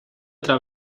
otra